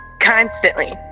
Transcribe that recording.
constantly